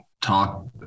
talk